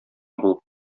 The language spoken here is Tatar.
булып